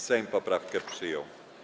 Sejm poprawkę przyjął.